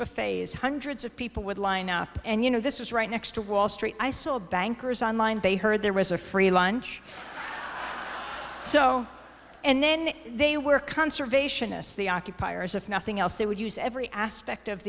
buffets hundreds of people would line up and you know this was right next to wall street i saw bankers on line they heard there was a free lunch so and then they were conservationists the occupiers if nothing else they would use every aspect of